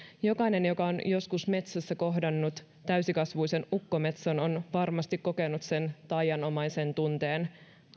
jokainen joka on joskus metsässä kohdannut täysikasvuisen ukkometson on varmasti kokenut sen taianomaisen tunteen